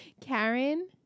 Karen